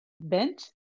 bent